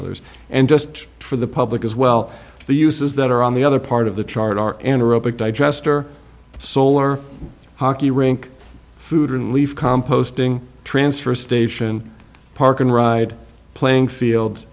others and just for the public as well the uses that are on the other part of the chart are anaerobic digester solar hockey rink food relief composting transfer station park and ride playing field